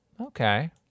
okay